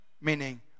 Meaning